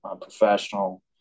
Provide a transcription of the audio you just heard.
professional